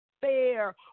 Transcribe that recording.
fair